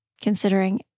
considering